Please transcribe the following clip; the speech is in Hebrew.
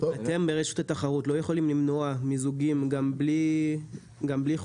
אתם ברשות התחרות לא יכולים למנוע מיזוגים גם בלי חוק?